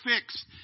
fixed